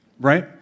right